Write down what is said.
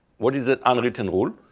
what is an unwritten rule?